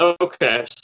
Okay